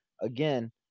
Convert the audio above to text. again